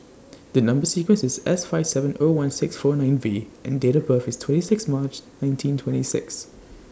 The Number sequence IS S five seven O one six four nine V and Date of birth IS twenty six March nineteen twenty six